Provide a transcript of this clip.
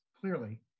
clearly